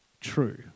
true